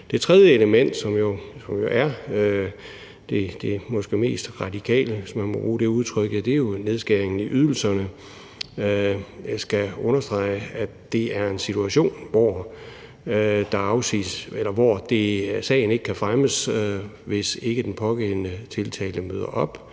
Det tredje element, som jo er det måske mest radikale, hvis man må bruge det udtryk, er jo nedskæringen i ydelserne. Jeg skal understrege, at det er en situation, hvor sagen ikke kan fremmes, hvis ikke den pågældende tiltalte møder op;